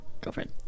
girlfriend